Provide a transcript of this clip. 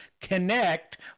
connect